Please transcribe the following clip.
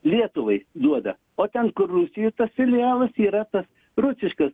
lietuvai duoda o ten kur rusijoj tas filialas yra tas rusiškas